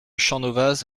champnovaz